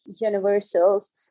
universals